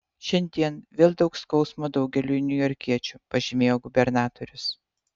šiandien vėl daug skausmo daugeliui niujorkiečių pažymėjo gubernatorius